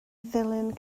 ddilyn